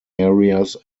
areas